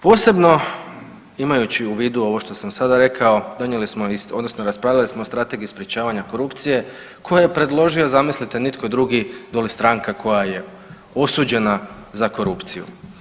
Posebno imajući u vidu ovo što sam sada rekao donijeli smo, odnosno raspravljali smo o Strategiji sprječavanja korupcije koju je predložio zamislite nitko drugi doli stranka koja je osuđena za korupciju.